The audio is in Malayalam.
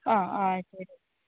ആ ആ ശരി